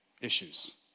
issues